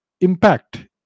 impact